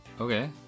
Okay